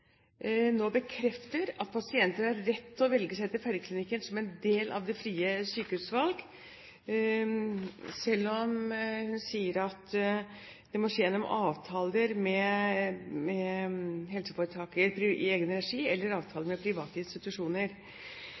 nå bekrefter at pasienter har rett til å velge Feiringklinikken som en del av det frie sykehusvalget, selv om hun sier at det må skje gjennom avtaler med helseforetak i egen regi eller gjennom avtale med private institusjoner.